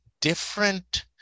different